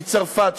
מצרפת,